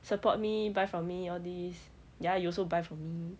support me buy from me all these ya you also buy from me